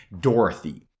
Dorothy